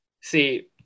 see